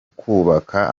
kubaka